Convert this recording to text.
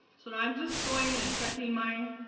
so i'm just going and checking my